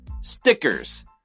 Stickers